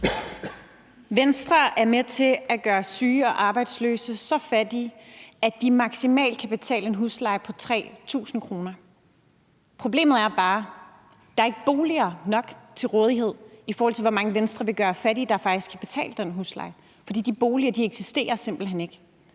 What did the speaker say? Venstre er med til at gøre syge og arbejdsløse så fattige, at de maksimalt kan betale en husleje på 3.000 kr. Problemet er bare, at der ikke er boliger nok til rådighed, i forhold til hvor mange Venstre vil gøre fattige, der faktisk har den husleje. For de boliger eksisterer simpelt hen ikke.